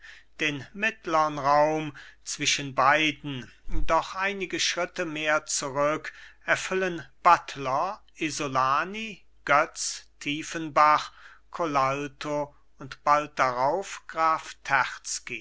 den mittlern raum zwischen beiden doch einige schritte mehr zurück erfüllen buttler isolani götz tiefenbach colalto und bald darauf graf